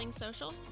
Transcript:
social